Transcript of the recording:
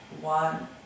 one